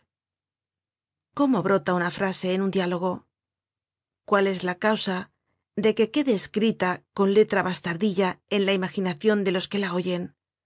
cómo brota una frase en un diálogo cuál es la causa de que quede escrita con letra bastardilla en la imaginacion de los que la oyen